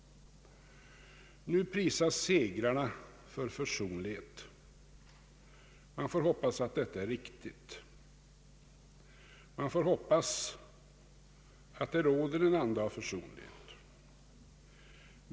Nu prisas segrarna för försonlighet. Man får hoppas att detta är riktigt och att det råder en anda av försonlighet.